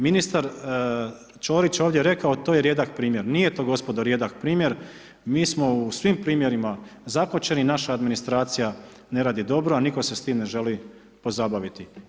Ministar Ćorić je ovdje rekao, to je rijedak primjer, nije to gospodo rijedak primjer, mi smo u svim primjerima zakočeni, naša administracija ne radi dobro a nitko se sa tim ne želi pozabaviti.